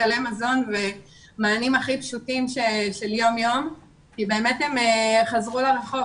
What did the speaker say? סלי מזון ומענים הכי פשוטים של יום יום כי באמת הן חזרו לרחוב